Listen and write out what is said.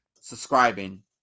subscribing